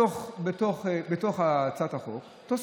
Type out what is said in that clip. בתוך הצעת החוק יש תוספת,